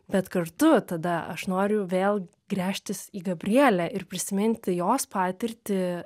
bet kartu tada aš noriu vėl gręžtis į gabrielę ir prisiminti jos patirtį